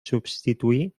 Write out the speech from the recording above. substituir